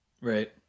Right